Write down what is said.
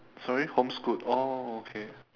sorry homeschooled oh okay